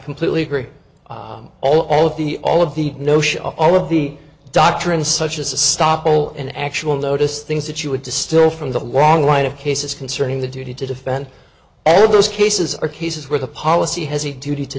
completely agree all of the all of the notion of all of the doctrine such as a stop all an actual notice things that you would distill from the long line of cases concerning the duty to defend all of those cases are cases where the policy has a duty to